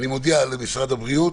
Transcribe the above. אני מודיע למשרד הבריאות,